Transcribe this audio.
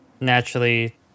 naturally